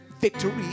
Victory